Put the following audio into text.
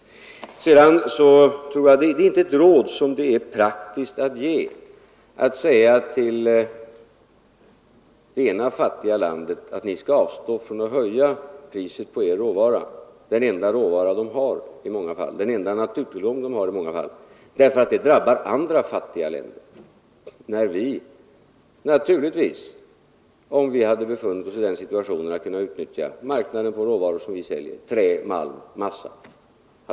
Jag tror inte att det är ett råd, som det är praktiskt att ge, att säga till det ena fattiga landet att det skall avstå från att höja priset på sin råvara — den enda naturtillgång det har i många fall — därför att det drabbar andra fattiga länder, när vi själva naturligtvis hade höjt priset, om vi hade befunnit oss i den situationen att vi hade kunnat utnyttja marknaden för råvaror som vi säljer: trä, malm, massa.